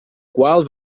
qual